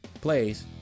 plays